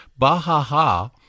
Bahaha